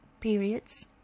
periods